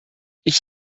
ich